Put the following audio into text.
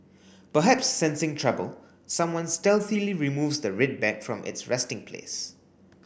perhaps sensing trouble someone stealthily removes the red bag from its resting place